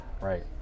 Right